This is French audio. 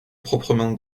proprement